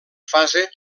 fase